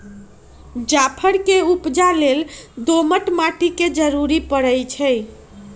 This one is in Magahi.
जाफर के उपजा लेल दोमट माटि के जरूरी परै छइ